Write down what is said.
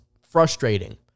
frustrating